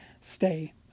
stay